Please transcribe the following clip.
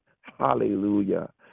Hallelujah